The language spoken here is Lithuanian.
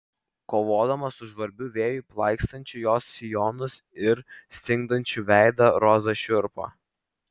kovodama su žvarbiu vėju plaikstančiu jos sijonus ir stingdančiu veidą roza šiurpo